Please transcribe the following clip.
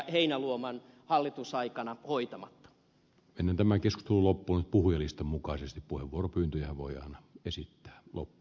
heinäluoman hallitusaikana hoitamatta kämmentämäkös kuulopuhe puhujalistan mukaisesti puheenvuoropyyntöjä voi esittää klo